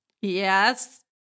Yes